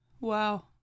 Wow